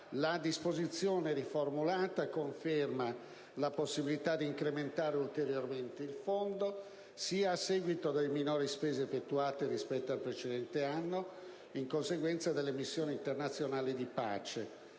La disposizione riformulata conferma la possibilità di incrementare ulteriormente il fondo, sia a seguito delle minori spese effettuate, rispetto al precedente anno, in conseguenza delle missioni internazionali di pace,